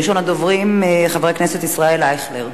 ראשון הדוברים, חבר הכנסת ישראל אייכלר,